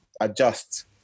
adjust